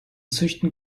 züchten